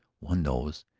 one knows.